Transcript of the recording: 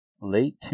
late